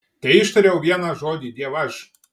teištariau vieną žodį dievaž